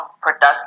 productive